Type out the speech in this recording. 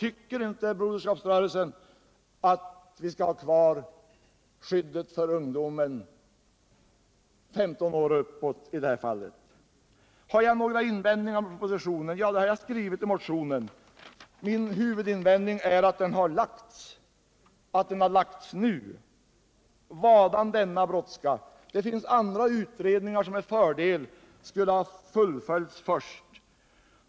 Tycker inte Broderskapsrörelsen att vi skall ha kvar skyddet för ungdomar från 15 år och uppåt i det här fallet? Mina invändningar mot propositionen har jag framfört i motionen. Min huvudinvändning är att propositionen över huvud taget har lagts fram och att den har lagts fram nu. Vadan denna brådska? Det finns utredningar som med fördel borde ha fullföljts först.